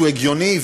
שהוא הגיוני,